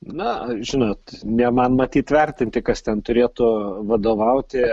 na žinot ne man matyt vertinti kas ten turėtų vadovauti